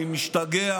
אני משתגע